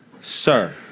sir